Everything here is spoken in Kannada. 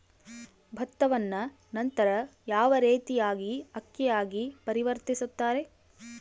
ಭತ್ತವನ್ನ ನಂತರ ಯಾವ ರೇತಿಯಾಗಿ ಅಕ್ಕಿಯಾಗಿ ಪರಿವರ್ತಿಸುತ್ತಾರೆ?